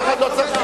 אף אחד לא צריך.